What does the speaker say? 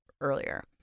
earlier